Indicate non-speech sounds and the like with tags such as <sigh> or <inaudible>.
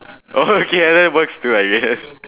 oh <laughs> okay that works good idea